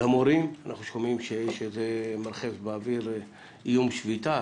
למורים אנחנו שומעים שזה מרחף באוויר איום שביתה,